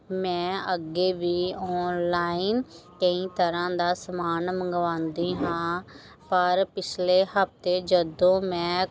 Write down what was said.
ਮੈਂ ਅੱਗੇ ਵੀ ਆਨਲਾਈਨ ਕਈ ਤਰ੍ਹਾਂ ਦਾ ਸਮਾਨ ਮੰਗਵਾਉਂਦੀ ਹਾਂ ਪਰ ਪਿਛਲੇ ਹਫਤੇ ਜਦੋਂ ਮੈਂ